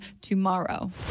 tomorrow